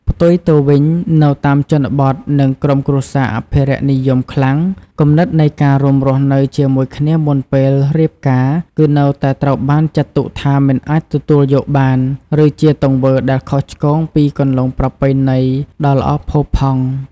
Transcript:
ផ្ទុយទៅវិញ នៅតាមជនបទ និងក្រុមគ្រួសារអភិរក្សនិយមខ្លាំង គំនិតនៃការរួមរស់នៅជាមួយគ្នាមុនពេលរៀបការ គឺនៅតែត្រូវបានចាត់ទុកថា មិនអាចទទួលយកបាន ឬជាទង្វើដែលខុសឆ្គងពីគន្លងប្រពៃណីដ៏ល្អផូរផង់។